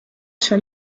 sur